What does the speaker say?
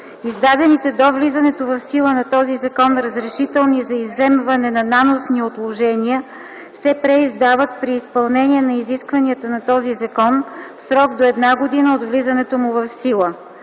Издадените до влизането в сила на този закон разрешителни за изземване на наносни отложения се преиздават при изпълнение на изискванията на този закон в срок до една година от влизането му в сила.